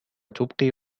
تبقي